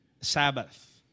Sabbath